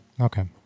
Okay